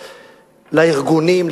לארגונים,